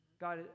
God